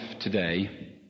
today